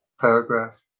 paragraph